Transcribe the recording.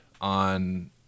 on